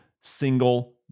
single